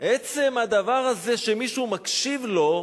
עצם הדבר הזה שמישהו מקשיב לו,